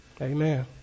Amen